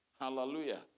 Hallelujah